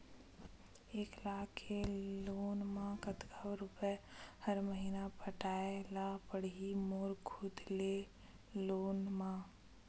एक लाख के लोन मा कतका रुपिया हर महीना पटाय ला पढ़ही मोर खुद ले लोन मा?